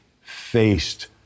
faced